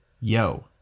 Yo